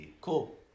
Cool